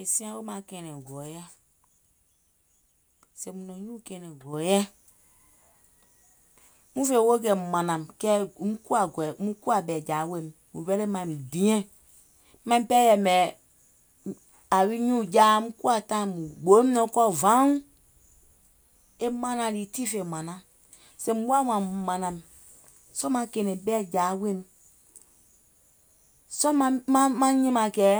È siaŋ wèè maŋ kɛ̀ɛ̀nɛ̀ŋ gɔ̀ɔ̀yɛ. Sèèum nɔ̀ŋ nyuùŋ kɛ̀ɛ̀nɛ̀ŋ gɔ̀ɔ̀yɛ. Muŋ fè woò mààŋùm mànàìm kɛɛum kuwà ɓɛ̀ɛ̀jàa weèim, mùŋ ready maiŋ diɛ̀ŋ. Maim pɛɛ yɛ̀mɛ̀ yàwi nyùùŋ jaa muŋ kuwà taìŋ, mùŋ gbooìm nɔŋ kɔɔ vauŋ vauŋ. E mànaŋ lii, tii fè mànaŋ. Sèèùm woà mààŋùm mànàìm sɔɔ̀ maŋ kɛ̀ɛ̀nɛ̀ŋ ɓɛ̀ɛ̀jàa weèim. Sɔɔ̀ maŋ kɛ̀ɛ̀nɛ̀ŋ ɓɛ̀ɛ̀jàa kɛɛ